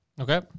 Okay